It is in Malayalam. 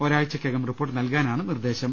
ഒരാ ഴ്ചയ്ക്കകം റിപ്പോർട്ട് നൽകാനാണ് നിർദ്ദേശം